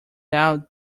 out